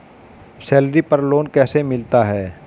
Salary पर loan कैसे मिलता है?